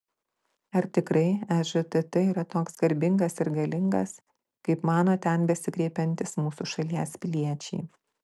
ar tikrai ežtt yra toks garbingas ir galingas kaip mano ten besikreipiantys mūsų šalies piliečiai